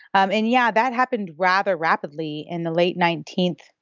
and, yeah, that happened rather rapidly in the late nineteenth,